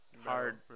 hard